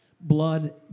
blood